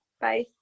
Bye